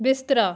ਬਿਸਤਰਾ